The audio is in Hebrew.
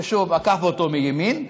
ששוב עקף אותו מימין,